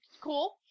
cool